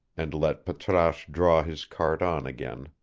and let patrasche draw his cart on again,